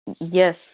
Yes